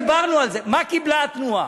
דיברנו על זה, מה קיבלה התנועה.